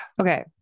Okay